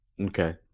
Okay